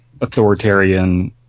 authoritarian